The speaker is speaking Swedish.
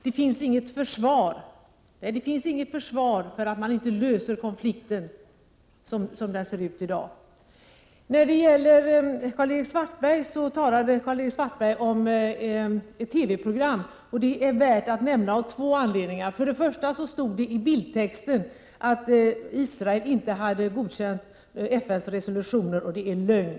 Det är riktigt att det inte finns något försvar för att man inte löser konflikten som den ser ut i dag. Karl-Erik Svartberg talade om ett TV-program, och detta TV-program är värt att nämna av två anledningar. För det första stod det i bildtexten att Israel inte hade godkänt FN:s resolutioner, vilket är lögn.